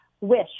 wish